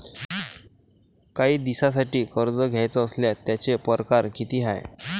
कायी दिसांसाठी कर्ज घ्याचं असल्यास त्यायचे परकार किती हाय?